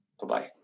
Bye-bye